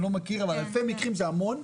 אני לא מכיר אבל אלפי מקרים זה המון,